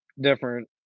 different